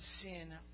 sin